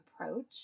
approach